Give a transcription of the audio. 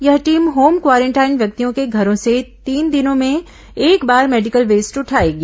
यह team home quarantine व्यक्तियों के घरों से तीन दिनों में एक बार मेडिकल वेस्ट उठाएगी